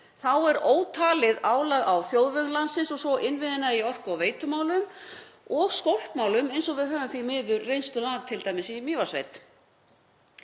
Þá er ótalið álag á þjóðvegi landsins og svo innviðina í orku- og veitumálum og skólpmálum eins og við höfum því miður reynslu af, t.d. í Mývatnssveit.